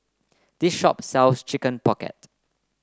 this shop sells Chicken Pocket